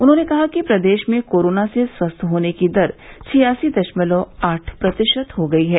उन्होंने कहा कि प्रदेश में कोरोना से स्वस्थ होने की दर छियासी दशमलव आठ प्रतिशत हो गयी है